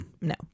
No